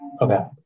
Okay